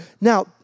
Now